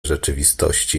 rzeczywistości